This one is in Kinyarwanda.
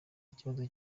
kibazo